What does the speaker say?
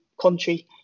country